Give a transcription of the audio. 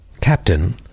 Captain